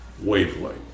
wavelength